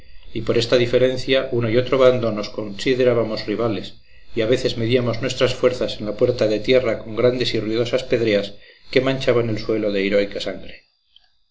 y por esta diferencia uno y otro bando nos considerábamos rivales y a veces medíamos nuestras fuerzas en la puerta de tierra con grandes y ruidosas pedreas que manchaban el suelo de heroica sangre